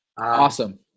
Awesome